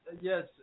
yes